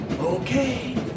Okay